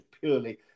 purely